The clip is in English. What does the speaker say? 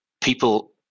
people